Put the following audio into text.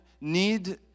need